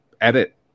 edit